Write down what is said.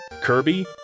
Kirby